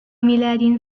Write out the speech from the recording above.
ميلاد